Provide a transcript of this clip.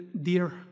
dear